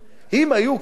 הם לא עמדו בפיתויים.